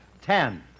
Ten